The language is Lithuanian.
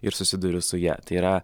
ir susiduriu su ja tai yra